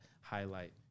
highlight